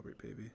baby